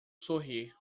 sorri